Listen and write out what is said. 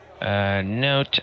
note